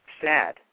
Sad